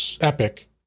Epic